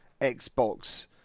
Xbox